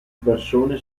persone